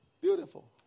Beautiful